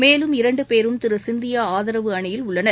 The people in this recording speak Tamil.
மேலும் இரண்டு பேரும் திரு சிந்தியா ஆதரவு அணியில் உள்ளனர்